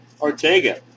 Ortega